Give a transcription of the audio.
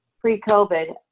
pre-COVID